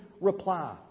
reply